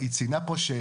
לא שמעתי אותך.